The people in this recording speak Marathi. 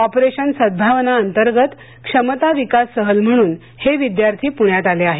ऑपरेशन सद्भावना अन्तर्गत क्षमता विकास सहल म्हणून हे विद्यार्थी पुण्यात आले आहेत